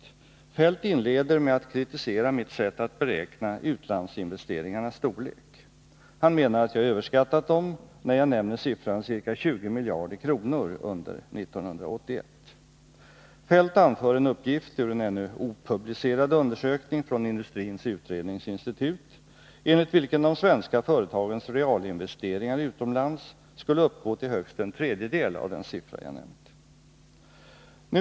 Kjell-Olof Feldt inleder med att kritisera mitt sätt att beräkna utlandsinvesteringarnas storlek. Han menar att jag överskattat dem, när jag nämner siffran ca 20 miljarder kronor under 1981. Kjell-Olof Feldt anför en ännu opublicerad undersökning från Industriens utredningsinstitut enligt vilken de svenska företagens realinvesteringar utomlands skulle uppgå till högst en tredjedel av den siffra jag nämnt.